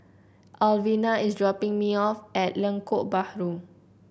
Alvena is dropping me off at Lengkok Bahru